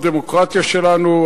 זו הדמוקרטיה שלנו.